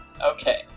Okay